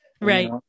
Right